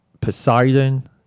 Poseidon